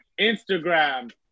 Instagram